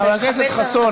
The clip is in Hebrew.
חבר הכנסת חסון,